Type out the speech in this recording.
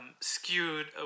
skewed